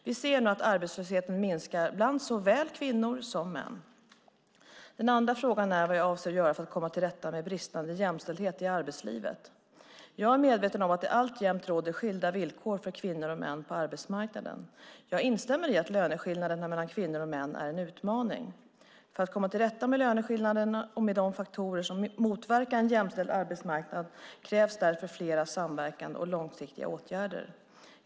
Vi ser nu att arbetslösheten minskar bland såväl kvinnor som män. Den andra frågan är vad jag avser att göra för att komma till rätta med bristande jämställdhet i arbetslivet. Jag är medveten om att det alltjämt råder skilda villkor för kvinnor och män på arbetsmarknaden. Jag instämmer i att löneskillnaderna mellan kvinnor och män är en utmaning. För att komma till rätta med löneskillnaderna och med de faktorer som motverkar en jämställd arbetsmarknad krävs därför flera samverkande och långsiktiga åtgärder.